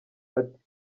ati